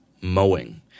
mowing